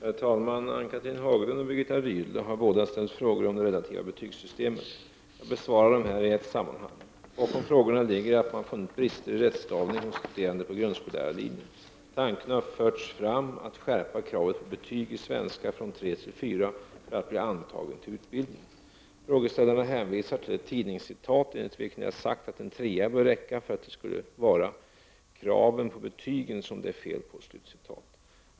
Herr talman! Ann-Cathrine Haglund och Birgitta Rydle har båda ställt frågor om det relativa betygssystemet. Jag besvarar dem här i ett sammanhang. Bakom frågorna ligger att man funnit brister i rättstavning hos studerande på grundskollärarlinjen. Tanken har förts fram att skärpa kravet på betyg i svenska från tre till fyra för att man skall bli antagen till utbildningen. Frågeställarna hänvisar till ett tidningscitat, enligt vilket jag sagt att en trea bör räcka och att det skulle vara ”kraven på betyget som det är fel på”.